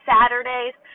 Saturdays